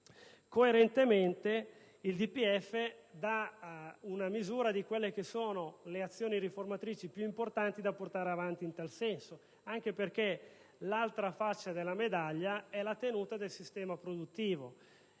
Coerentemente il DPEF dà una misura delle azioni riformatrici più importanti da portare avanti in tal senso, anche perché l'altra faccia della medaglia è la tenuta del sistema produttivo.